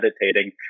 meditating